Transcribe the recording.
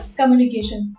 communication